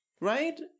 right